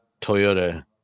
Toyota